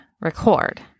record